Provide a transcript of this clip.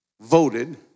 voted